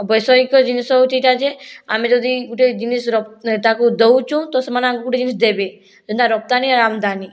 ଆଉ ବୈଷୟିକ ଜିନିଷ ହେଉଛି ଏହିଟା ଯେ ଆମେ ଯଦି ଗୋଟିଏ ଜିନିଷର ତାକୁ ଦେଉଛୁଁ ତ ସେମାନେ ଆମକୁ ଗୋଟିଏ ଜିନିଷ ଦେବେ ଯେନ୍ତା ରପ୍ତାନି ଆମଦାନୀ